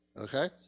Okay